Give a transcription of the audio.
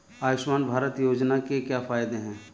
आयुष्मान भारत योजना के क्या फायदे हैं?